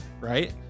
right